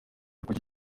kureba